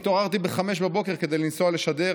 התעוררתי בחמש בבוקר כדי לנסוע לשדר,